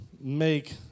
make